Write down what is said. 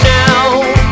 now